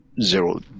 Zero